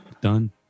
done